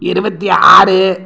இருபத்தி ஆறு